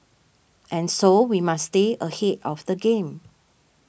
and so we must stay ahead of the game